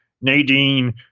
Nadine